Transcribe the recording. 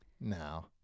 no